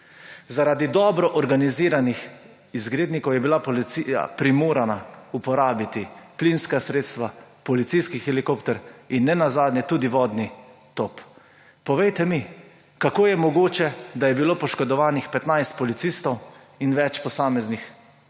Zaradi dobro organiziranih izgrednikov je bila policija primorana uporabiti plinska sredstva, policijski helikopter in nenazadnje tudi vodni top. Povejte mi, kako je mogoče, da je bilo poškodovanih 15 policistov in več posameznih objektov.